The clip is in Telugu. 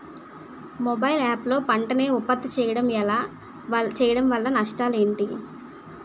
మొబైల్ యాప్ లో పంట నే ఉప్పత్తి చేయడం వల్ల నష్టాలు ఏంటి?